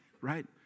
right